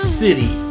city